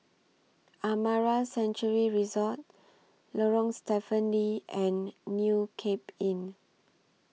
Amara Sanctuary Resort Lorong Stephen Lee and New Cape Inn